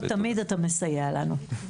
כמו תמיד אתה מסייע לנו.